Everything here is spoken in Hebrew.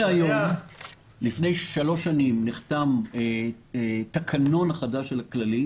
לפני שלוש שנים נחתם התקנון החדש בכללית